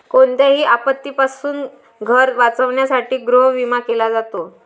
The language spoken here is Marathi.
कोणत्याही आपत्तीपासून घर वाचवण्यासाठी गृहविमा केला जातो